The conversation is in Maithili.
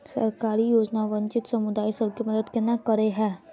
सरकारी योजना वंचित समुदाय सब केँ मदद केना करे है?